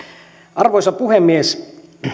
arvoisa puhemies